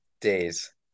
days